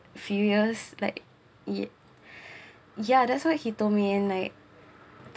few years like it ya that's why he told me and like